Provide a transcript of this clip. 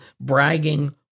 bragging